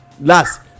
last